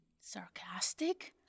sarcastic